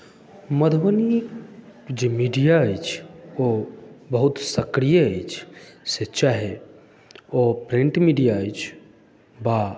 मधुबनीक जे मीडिया अछि ओ बहुत सक्रिय अछि से चाहे ओ प्रिन्ट मीडिया अछि वा